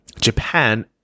Japan